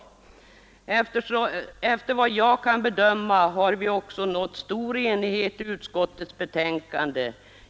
Efter vad jag kan bedöma har vi också nått stor enighet i utskottets betänkande.